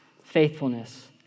faithfulness